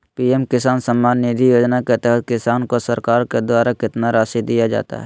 PM Kisan Samman Nidhi योजना के तहत किसान को सरकार के द्वारा कितना रासि दिया जाता है?